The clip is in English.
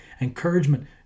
encouragement